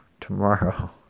tomorrow